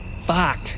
Fuck